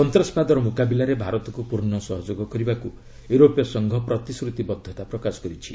ସନ୍ତାସବାଦର ମ୍ରକାବିଲାରେ ଭାରତକୁ ପୂର୍ଣ୍ଣ ସହଯୋଗ କରିବାକୁ ୟରୋପୀୟ ସଂଘ ପ୍ରତିଶ୍ରତିବଦ୍ଧତା ପ୍ରକାଶ କରିଛି